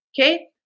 Okay